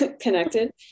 connected